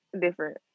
different